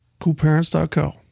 Coolparents.co